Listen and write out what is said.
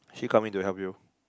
she coming to help you